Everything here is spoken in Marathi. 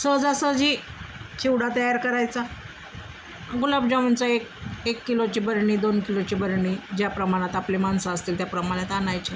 सहजासहजी चिवडा तयार करायचा गुलाबजामुनचा एक एक किलोची बरणी दोन किलोची बरणी ज्या प्रमाणात आपले माणसं असतील त्या प्रमाणात आणायचे